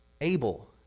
Abel